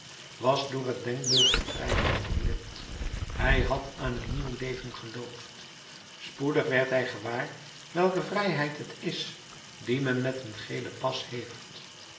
was door het denkbeeld van vrijheid verblind hij had aan een nieuw leven geloofd spoedig werd hij gewaar welke vrijheid het is die men met een gelen pas geeft